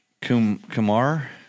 Kumar